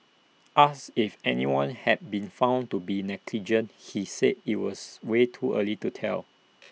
asked if anyone had been found to be negligent he said IT was way too early to tell